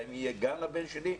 האם יהיה גן לבן שלי?